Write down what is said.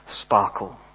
sparkle